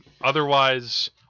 Otherwise